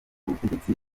ubutegetsi